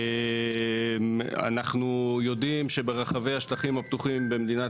אנחנו יודעים שברחבי השטחים הפתוחים במדינת